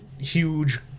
huge